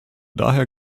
daher